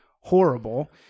horrible